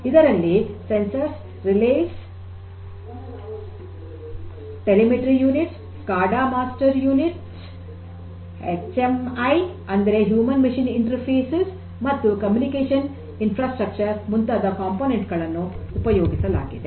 ಇದರಲ್ಲಿ ಸಂವೇದಕಗಳು relays telemetry units SCADA master units H M I ಅಂದರೆ ಹ್ಯೂಮನ್ ಮಷೀನ್ ಇಂಟರ್ ಫೇಸಸ್ ಮತ್ತು communication infrastructure ಮುಂತಾದ ಘಟಕಗಳನ್ನು ಉಪಯೋಗಿಸಲಾಗಿದೆ